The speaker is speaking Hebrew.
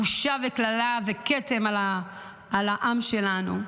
בושה, קללה וכתם על העם שלנו.